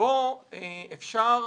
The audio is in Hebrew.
שבה אפשר